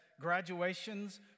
graduations